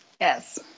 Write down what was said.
Yes